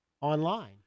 online